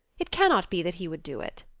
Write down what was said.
it cannot be that he would do it!